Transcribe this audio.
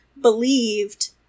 believed